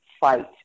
fight